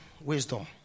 wisdom